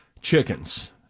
chickens